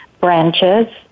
branches